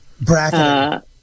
Bracket